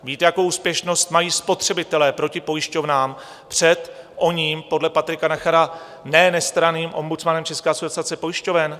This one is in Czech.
Víte, jakou úspěšnost mají spotřebitelé proti pojišťovnám před oním podle Patrika Nachera ne nestranným ombudsmanem České asociace pojišťoven?